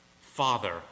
Father